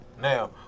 Now